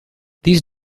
these